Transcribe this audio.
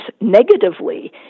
negatively